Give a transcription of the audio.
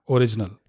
Original